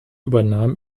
übernahm